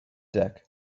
deck